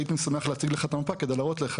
הייתי שמח להציג לך את המפה כדי להראות לך